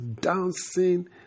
dancing